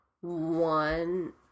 one